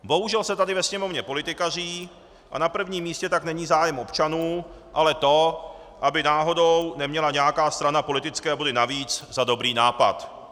Bohužel se tady ve Sněmovně politikaří a na prvním místě tak není zájem občanů, ale to, aby náhodou neměla nějaká strana politické body navíc za dobrý nápad.